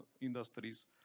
industries